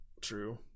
True